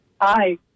Hi